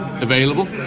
available